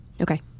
Okay